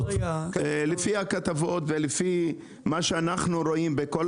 לפי הכתבות ולפי מה שאנחנו רואים בכל